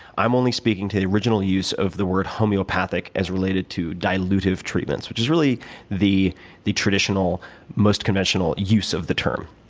i am only speaking to the original use of the word homeopathic as related to dilutive treatments, which is really the the traditional most conventional use of the term.